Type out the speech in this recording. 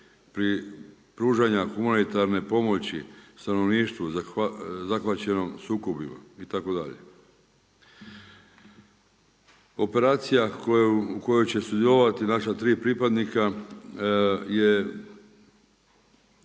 pružanja humanitarne pomoći stanovništvu zahvaćenom sukobima itd. Operacija u kojoj će sudjelovati naša tri pripadnika